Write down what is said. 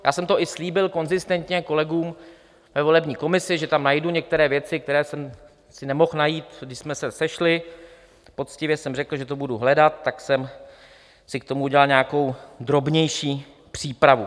Já jsem to i slíbil konzistentně kolegům ve volební komisi, že tam najdu některé věci, které jsem si nemohl najít, protože když jsme se sešli, poctivě jsem řekl, že to budu hledat, tak jsem si k tomu udělal nějakou drobnější přípravu.